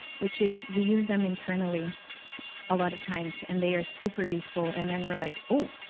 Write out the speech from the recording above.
which is we use them internally a lot of times and they are super useful and then we're like, oh,